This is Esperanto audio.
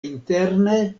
interne